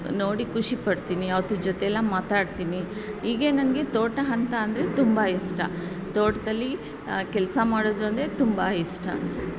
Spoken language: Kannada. ನೋಡಿ ಖುಷಿ ಪಡ್ತೀನಿ ಅದ್ರ ಜೊತೆಯೆಲ್ಲಾ ಮಾತಾಡ್ತೀನಿ ಹೀಗೆ ನನಗೆ ತೋಟ ಅಂತ ಅಂದರೆ ತುಂಬ ಇಷ್ಟ ತೋಟದಲ್ಲಿ ಕೆಲಸ ಮಾಡೋದಂದ್ರೆ ತುಂಬ ಇಷ್ಟ